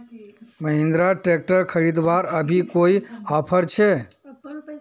Mahindra tractor खरीदवार अभी कोई ऑफर छे?